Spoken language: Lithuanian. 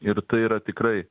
ir tai yra tikrai